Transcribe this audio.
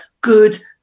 good